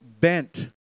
bent